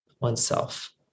oneself